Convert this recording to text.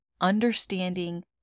understanding